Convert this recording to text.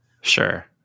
Sure